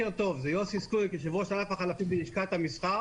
אני יושב-ראש ענף החלפים בלשכת המסחר.